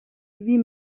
wie